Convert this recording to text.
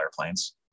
airplanes